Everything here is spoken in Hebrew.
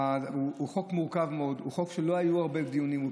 החוק מורכב מאוד, ולא היו הרבה דיונים בחוק.